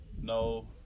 no